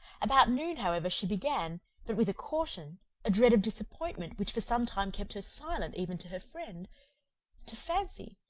about noon, however, she began but with a caution a dread of disappointment which for some time kept her silent, even to her friend to fancy,